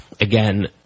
Again